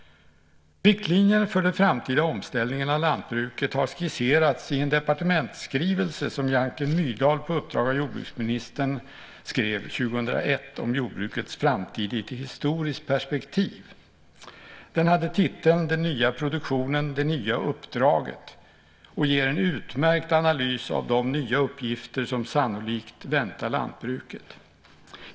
Riktlinjerna för den framtida omställningen av lantbruket har skisserats i en departementsskrivelse som Janken Myrdal på uppdrag av jordbruksministern skrev 2001 om jordbrukets framtid i ett historiskt perspektiv. Den hade titeln Den nya produktionen - det nya uppdraget och ger en utmärkt analys av de nya uppgifter som sannolikt väntar lantbruket.